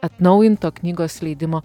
atnaujinto knygos leidimo